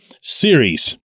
series